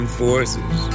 forces